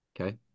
Okay